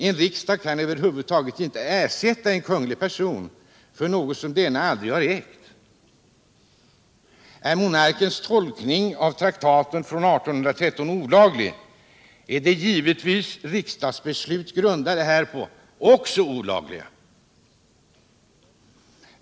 En riksdag kan över huvud taget inte ersätta en kunglig person för något som denne aldrig ägt. Är monarkens tolkning av traktaten från 1813 olaglig, är givetvis riksdagsbeslut grundade därpå också olagliga.